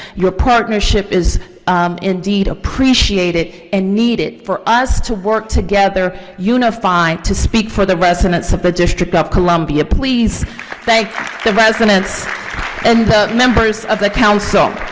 your partnership is indeed appreciated and needed for us to work together, unified to speak for the residents of the district of columbia please thank the residents and the members of the council.